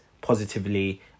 positively